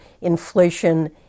inflation